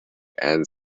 and